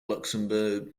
luxembourg